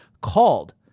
called